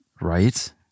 Right